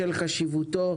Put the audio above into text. בשל חשיבותו,